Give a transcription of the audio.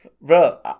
bro